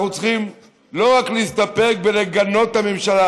אנחנו צריכים לא להסתפק רק בלגנות את הממשלה